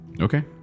Okay